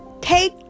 take